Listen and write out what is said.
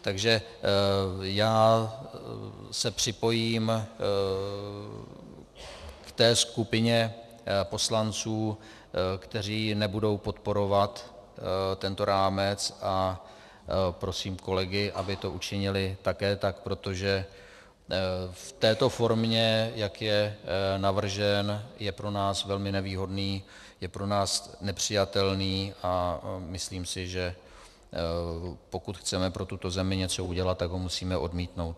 Takže já se připojím k té skupině poslanců, kteří nebudou podporovat tento rámec, a prosím kolegy, aby to učinili také tak, protože v této formě, jak je navržen, je pro nás velmi nevýhodný, je pro nás nepřijatelný a myslím si, že pokud chceme pro tuto zemi něco udělat, tak ho musíme odmítnout.